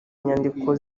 nyandiko